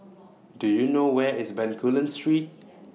Do YOU know Where IS Bencoolen Street